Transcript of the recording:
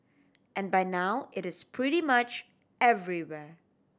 and by now it is pretty much everywhere